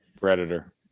Predator